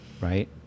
right